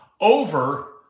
over